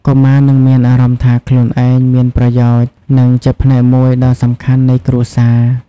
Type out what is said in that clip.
កុមារនឹងមានអារម្មណ៍ថាខ្លួនឯងមានប្រយោជន៍ និងជាផ្នែកមួយដ៏សំខាន់នៃគ្រួសារ ។